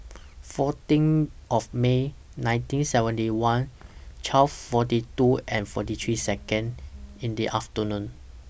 fourteen of May nineteen seventy one twelve forty two and forty three Second in The afternoon